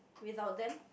without them